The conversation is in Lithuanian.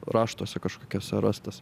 raštuose kažkokiuose rastas